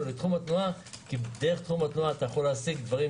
לתחום התנועה כי דרך תחום התנועה אתה יכול להשיג דברים